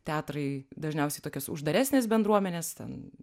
teatrai dažniausiai tokios uždaresnės bendruomenės ten